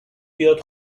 بیاد